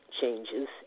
changes